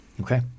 Okay